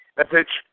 Message